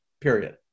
Period